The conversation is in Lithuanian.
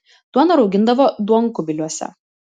duoną raugindavo duonkubiliuose